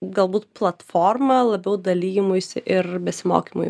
galbūt platforma labiau dalijimuisi ir besimokymui